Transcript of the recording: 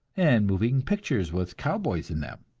and moving pictures with cowboys in them.